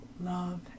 love